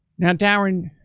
now, darren,